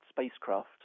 spacecraft